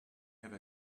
have